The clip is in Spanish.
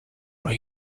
los